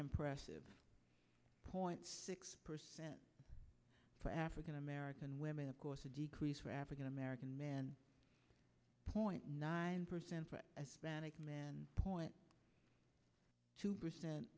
unimpressive point six percent for african american women of course a decrease for african american men point nine percent for men point two percent